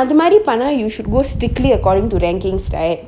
அது மாறி பண்ணா:athu mari panna you should go strictly according to rankings right